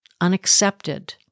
unaccepted